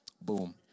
Boom